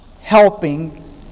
helping